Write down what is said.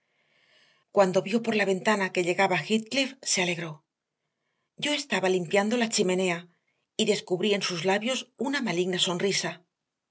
cuando vio por la ventana que llegaba heathcliff se alegró yo estaba limpiando la chimenea y descubrí en sus labios una maligna sonrisa